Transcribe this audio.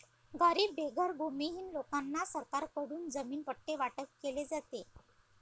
गरीब बेघर भूमिहीन लोकांना सरकारकडून जमीन पट्टे वाटप केले जाते